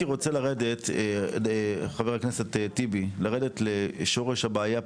חבר הכנסת טיבי, הייתי רוצה לרדת לשורש הבעיה,